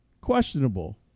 questionable